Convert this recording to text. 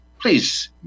please